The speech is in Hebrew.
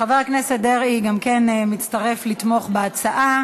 חבר הכנסת דרעי גם כן מצטרף לתמוך בהצעה,